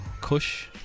Kush